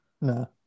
No